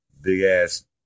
big-ass